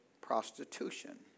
prostitution